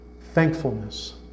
thankfulness